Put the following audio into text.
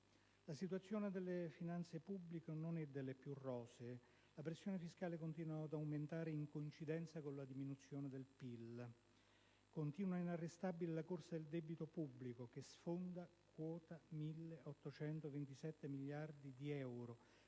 La situazione della finanza pubblica non è delle più rosee: la pressione fiscale continua ad aumentare in coincidenza con la diminuzione del PIL; continua inarrestabile la corsa del debito pubblico, che sfonda quota 1.827 miliardi di euro,